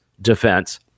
defense